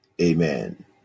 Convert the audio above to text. Amen